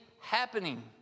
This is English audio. happening